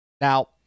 Now